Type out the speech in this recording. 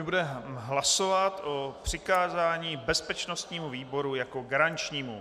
Budeme hlasovat o přikázání bezpečnostnímu výboru jako garančnímu.